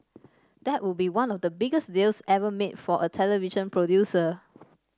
that would be one of the biggest deals ever made for a television producer